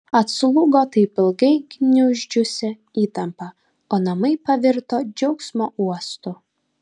atslūgo taip ilgai gniuždžiusi įtampa o namai pavirto džiaugsmo uostu